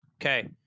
okay